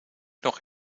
nog